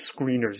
screeners